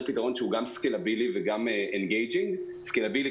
פתרון שהוא גם סְקָלַבִּילִי וגם אנגיג'ינג סְקָלַבִּילִי,